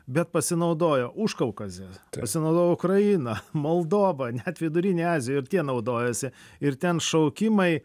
bet pasinaudojo užkaukazė pasinaudoja ukraina moldova net vidurinė azija ir tie naudojosi ir ten šaukimai